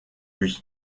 lui